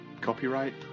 Copyright